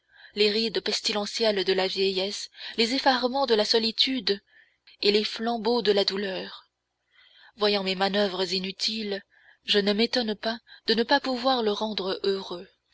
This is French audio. les rides pestilentielles de la vieillesse les effarements de la solitude et les flambeaux de la douleur voyant mes manoeuvres inutiles je ne m'étonne pas ne pas pouvoir le rendre heureux